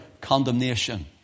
condemnation